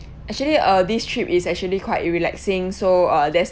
actually uh this trip is actually quite relaxing so uh that's